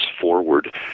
forward